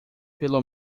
pelo